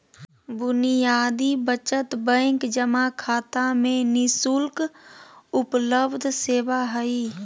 बुनियादी बचत बैंक जमा खाता में नि शुल्क उपलब्ध सेवा हइ